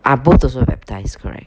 ah both also baptized correct